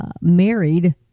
married